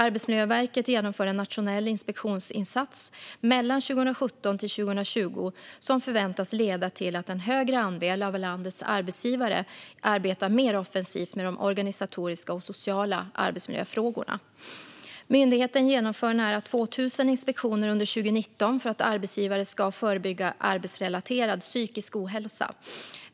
Arbetsmiljöverket genomför en nationell inspektionsinsats mellan 2017 och 2020, som förväntas leda till att en högre andel av landets arbetsgivare arbetar mer offensivt med de organisatoriska och sociala arbetsmiljöfrågorna. Myndigheten genomför nära 2 000 inspektioner under 2019 för att arbetsgivare ska förebygga arbetsrelaterad psykisk ohälsa.